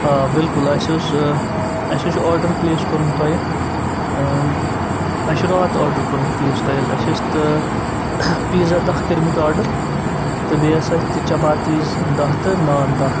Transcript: آ بالکُل اَسہِ اوس اَسہِ حظ چھُ آرڈَر پٕلیس کوٚرمُت تۄہہِ اَسہِ چھُ راتھ آرڈَر کوٚرمُت پٕلیس تۄہہِ حظ اَسہِ ٲس تہٕ پیٖزا دَہ کٔرۍمٕتۍ آرڈَر تہٕ بیٚیہِ ہسا چپاتیٖز دَہ تہٕ نان دَہ